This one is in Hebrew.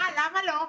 למה לא?